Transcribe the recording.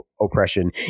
oppression